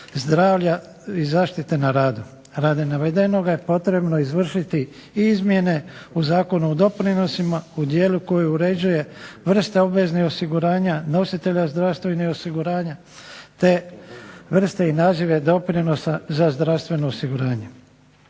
zdravlja i zaštite na radu. Radi navedenoga je potrebno izvršiti i izmjene u Zakonu o doprinosima, u dijelu koji uređuje vrste obveznih osiguranja, nositelja zdravstvenih osiguranja, te vrste i nazive doprinosa za zdravstveno osiguranje.